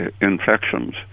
infections